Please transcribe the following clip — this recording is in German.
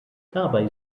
dabei